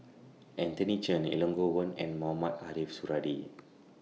Anthony Chen Elangovan and Mohamed Ariff Suradi